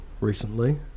recently